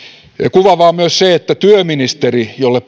kuvaavaa on myös se että myöskään työministeri jolle